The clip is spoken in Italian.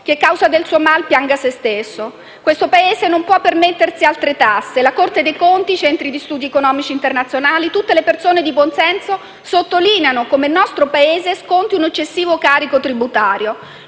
Chi è causa del suo mal, pianga se stesso. Questo Paese non può permettersi altre tasse. La Corte dei conti, centri di studi economici internazionali e tutte le persone di buonsenso sottolineano come il nostro Paese sconti un eccessivo carico tributario.